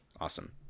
Awesome